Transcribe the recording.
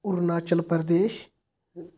Arunachal Pradesh